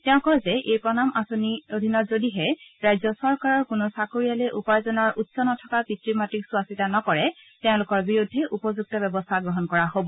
তেওঁ কয় যে এই প্ৰণাম আঁচনিৰ অধীনত যদিহে ৰাজ্য চৰকাৰৰ কোনো চাকৰিয়ালে উপাৰ্জনৰ কোনো উৎস নথকা পিতৃ মাতৃক চোৱা চিতা নকৰে তেওঁলোকৰ বিৰুদ্ধে উপযুক্ত ব্যৱস্থা গ্ৰহণ কৰা হ'ব